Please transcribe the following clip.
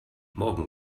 morgen